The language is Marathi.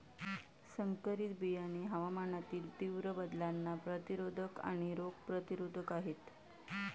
संकरित बियाणे हवामानातील तीव्र बदलांना प्रतिरोधक आणि रोग प्रतिरोधक आहेत